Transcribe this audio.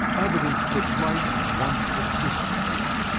evidence that life once existed here.